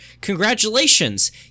congratulations